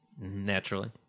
naturally